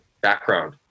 background